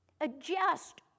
adjust